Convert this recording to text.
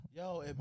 Yo